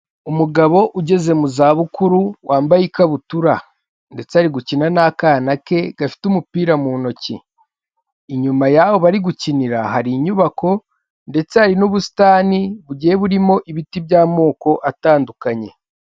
Umugabo ugeze mu zabukuru wambaye ikabutura ndetse ari gukina n'akana ke gafite umupira mu ntoki, inyuma y'aho bari gukinira hari inyubako ndetse hari n'ubusitani bugiye burimo ibiti by'amoko atandukanye.